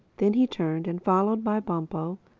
then he turned and followed by bumpo,